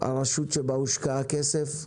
הרשות שבה הושקע הכסף,